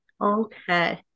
okay